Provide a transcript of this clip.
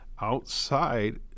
outside